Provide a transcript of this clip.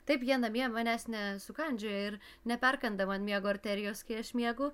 taip jie namie manęs ne sukandžioja ir neperkanda man miego arterijos kai aš miegu